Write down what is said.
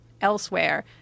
Elsewhere